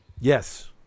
Yes